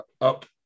up